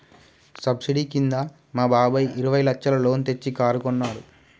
subsidy కింద మా బాబాయ్ ఇరవై లచ్చల లోన్ తెచ్చి కారు కొన్నాడు